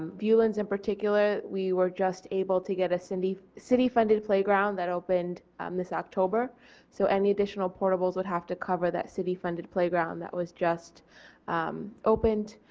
viewlands in particular we were just able to get a city funded playground that opened um this october so any additional portables would have to cover that city funded playground that was just opened.